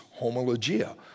homologia